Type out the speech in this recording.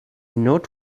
not